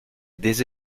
des